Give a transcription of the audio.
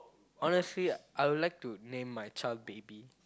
honestly I'll like to name my child Baby